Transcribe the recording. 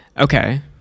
Okay